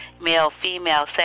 male-female